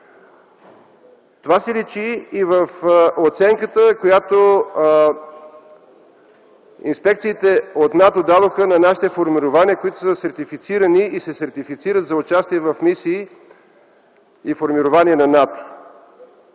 Това личи и в оценката, която инспекциите от НАТО дадоха на нашите формирования, които са сертифицирани и се сертифицират за участие в мисии и формирования на НАТО